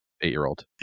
eight-year-old